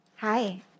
Hi